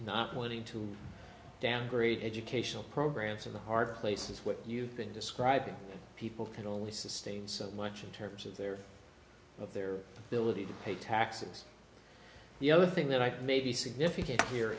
not wanting to downgrade educational programs in the hard places what you've been describing people can only sustain so much in terms of their of their ability to pay taxes the other thing that i may be significant here